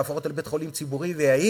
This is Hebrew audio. להפוך אותו לבית-חולים ציבורי ויעיל,